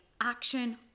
action